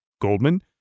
Goldman